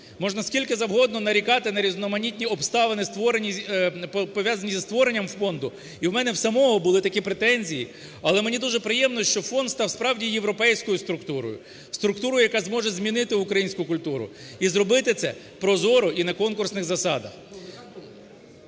Можна скільки завгодно нарікати на різноманітні обставини, пов'язані зі створенням фонду, і у мене в самого були такі претензії, але мені буде приємно, що фонд став справді європейською структурою. Структурою, яка зможе змінити українську культуру і зробити це прозоро і на конкурсних засадах.